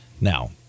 Now